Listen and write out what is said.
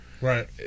right